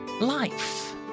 life